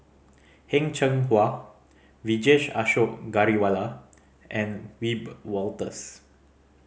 Heng Cheng Hwa Vijesh Ashok Ghariwala and Wiebe Wolters